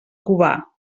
cubà